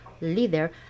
leader